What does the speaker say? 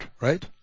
right